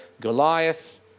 Goliath